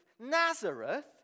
Nazareth